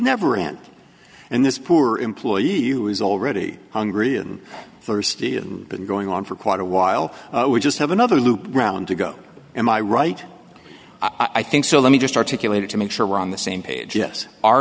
never end and this poor employee who is already hungry and thirsty and been going on for quite a while we just have another loop round to go am i right i think so let me just articulated to make sure we're on the same page yes our